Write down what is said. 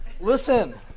Listen